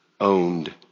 owned